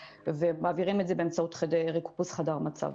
ומעבירים את זה באמצעות ריכוז חדר המצב